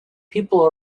people